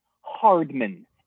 Hardman